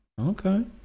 Okay